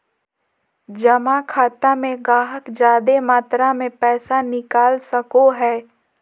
जमा खाता से गाहक जादे मात्रा मे पैसा निकाल सको हय